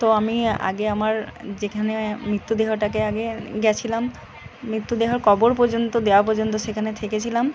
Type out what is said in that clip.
তো আমি আগে আমার যেখানে মৃত্যুদেহটাকে আগে গিয়েছিলাম মৃত্যুদেহর কবর পর্যন্ত দেওয়া পর্যন্ত সেখানে থেকেছিলাম